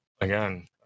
again